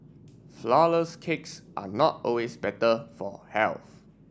flourless cakes are not always better for health